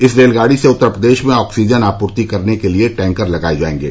इस रेलगाड़ी से उत्तर प्रदेश में ऑक्सीजन आपूर्ति करने के लिए टैंकर लाए जाएंगे